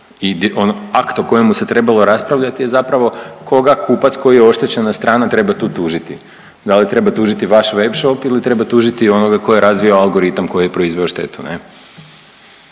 i ono akt o kojemu se trebalo raspravljati je zapravo koga kupac koji je oštećena strana treba tu tužiti. Da li treba tužiti vaš web shop ili treba tužiti onoga tko je razvio algoritam koji je proizveo štetu